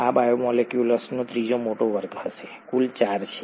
આ બાયોમોલેક્યુલ્સનો ત્રીજો મોટો વર્ગ હશે કુલ ચાર છે